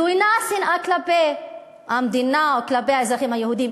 זו אינה שנאה כלפי המדינה או כלפי האזרחים היהודים,